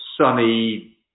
sunny